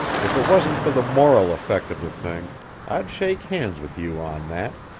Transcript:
if it wasn't for the moral effect of the thing i'd shake hands with you on that.